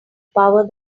power